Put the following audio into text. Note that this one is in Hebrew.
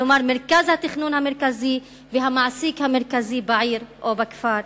כלומר מרכז התכנון המרכזי והמעסיק המרכזי בעיר או בכפר.